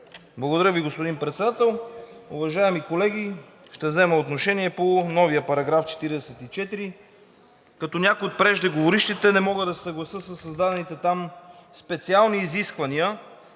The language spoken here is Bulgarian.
Благодаря Ви, господин Председател. Уважаеми колеги, ще взема отношение по новия § 44, като с някои от преждеговорившите не мога да се съглася със създадените там специални изисквания,